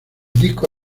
disco